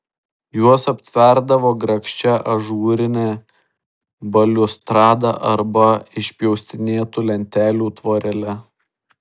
juos aptverdavo grakščia ažūrine baliustrada arba išpjaustinėtų lentelių tvorele